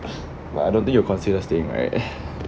but I don't think you consider staying right